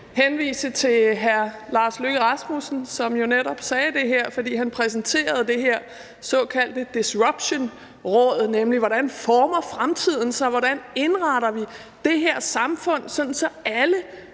henvise til hr. Lars Løkke Rasmussen, som jo netop sagde det her, for han præsenterede det her såkaldte Disruptionrådet til at se på, hvordan fremtiden former sig, og hvordan vi indretter det her samfund, sådan at